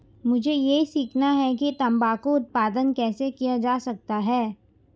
मुझे यह सीखना है कि तंबाकू उत्पादन कैसे किया जा सकता है?